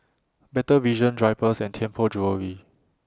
Better Vision Drypers and Tianpo Jewellery